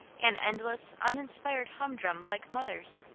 an endless, uninspired humdrum like mother's,